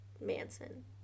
Manson